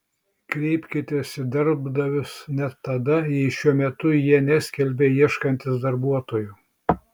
kreipkitės į darbdavius net tada jei šiuo metu jie neskelbia ieškantys darbuotojų